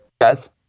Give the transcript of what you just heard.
guys